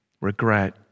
regret